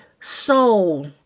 soul